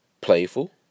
playful